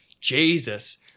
Jesus